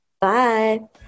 Bye